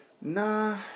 Nah